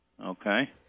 Okay